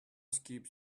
skip